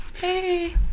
Hey